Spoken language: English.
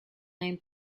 name